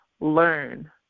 learn